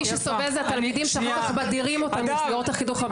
מי שסובל זה התלמידים שאחר כך מדירים אותם ממסגרות החינוך המיוחד.